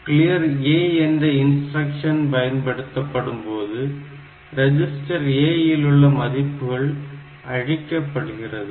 CLR A என்ற instruction பயன்படுத்தப்படும்போது register A இல் உள்ள மதிப்புகள் அழிக்க படுகிறது